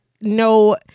no